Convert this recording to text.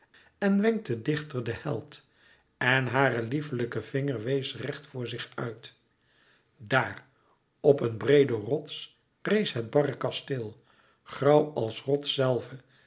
en wenkte dichter den held en hare lieflijke vinger wees recht voor zich uit daar op een breeden rots rees het barre kasteel grauw als rots zelve